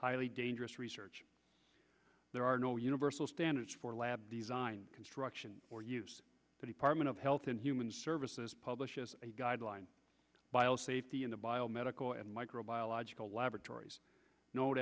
highly dangerous research there are no universal standards for lab design construction for use any part of health and human services publishes a guideline safety in the biomedical and micro biological laboratories known